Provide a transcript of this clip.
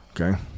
okay